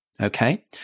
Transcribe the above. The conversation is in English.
Okay